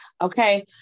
okay